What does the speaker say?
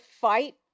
fight